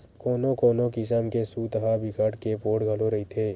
कोनो कोनो किसम के सूत ह बिकट के पोठ घलो रहिथे